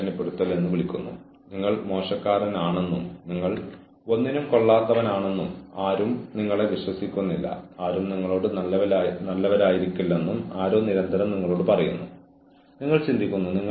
പക്ഷേ ജീവനക്കാരനെ താഴെയിറക്കാതിരിക്കാൻ ജീവനക്കാരനെ പിന്തുണയ്ക്കാൻ നമ്മൾ ഉണ്ടെന്നും ജീവനക്കാരൻ മനസ്സിലാക്കിയിരിക്കണം